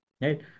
right